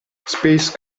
space